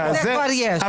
זה כבר יש.